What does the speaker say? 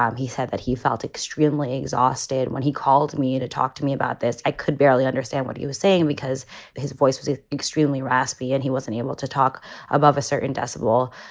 um he said that he felt extremely exhausted when he called me to talk to me about this. i could barely understand what he was saying because his voice was extremely raspy and he wasn't able to talk above a certain decibel.